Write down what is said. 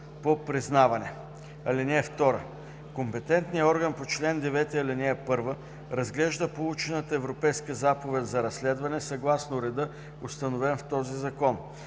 по признаване. (2) Компетентният орган по чл. 9, ал. 1 разглежда получената Европейска заповед за разследване съгласно реда, установен в този закон.